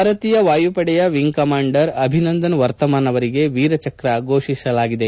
ಭಾರತೀಯ ವಾಯುಪಡೆಯ wing commander Abhinandan Varthaman ಅವರಿಗೆ ವೀರ ಚಕ್ರ ಘೋಷಿಸಲಾಗಿದೆ